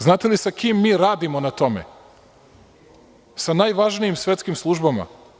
Znate li sa kim mi radimo na tome, sa najvažnijim svetskim službama?